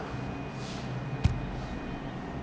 ya